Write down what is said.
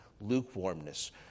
lukewarmness